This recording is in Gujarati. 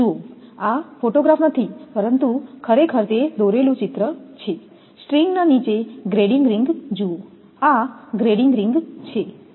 જુઓ આ ફોટોગ્રાફ નથી પરંતુ ખરેખર તે દોરેલું ચિત્ર છે સ્ટ્રિંગ ના નીચે ગ્રેડિંગ રીંગ જુઓ આ ગ્રેડિંગ રીંગ છે